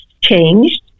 changed